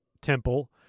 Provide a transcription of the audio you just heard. temple